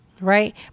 right